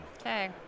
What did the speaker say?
Okay